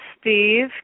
Steve